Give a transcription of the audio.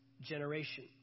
generation